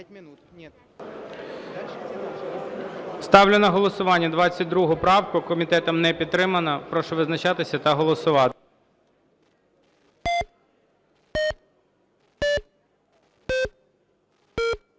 Ставлю на голосування 24 правку. Комітетом відхилена. Прошу визначатися та голосувати.